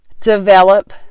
develop